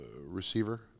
receiver